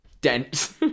dense